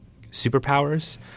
superpowers